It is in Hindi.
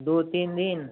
दो तीन दिन